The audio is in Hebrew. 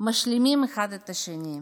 משלימים אחד את השני,